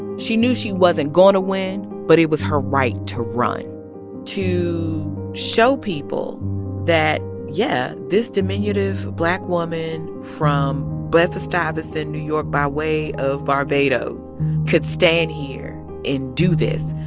she knew she wasn't going to win, but it was her right to run to show people that, yeah, this diminutive black woman from bedford-stuyvesant, new york, by way of barbados could stand here and do this,